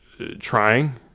trying